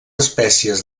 espècies